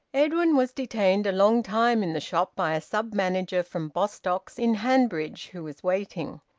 edwin was detained a long time in the shop by a sub-manager from bostocks in hanbridge who was waiting,